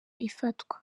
ifatwa